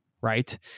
right